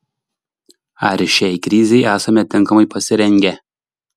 ar šiai krizei esame tinkamai pasirengę